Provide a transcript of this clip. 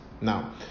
Now